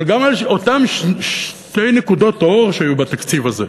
גם אותן שתי נקודות אור שהיו בתקציב הזה,